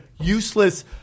useless